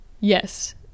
Yes